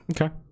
okay